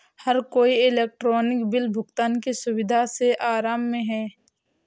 हर कोई electronic bill भुगतान की सुविधा से आराम में है